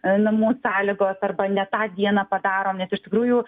namų sąlygos arba ne tą dieną padaro nes iš tikrųjų